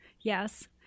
Yes